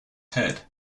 head